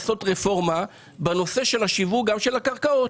לכן, צריך לעשות רפורמה גם בנושא שיווק הקרקעות.